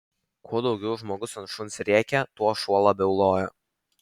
kuo daugiau žmogus ant šuns rėkė tuo šuo labiau lojo